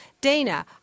Dana